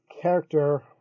character